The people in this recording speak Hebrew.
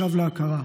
שב להכרה.